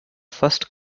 first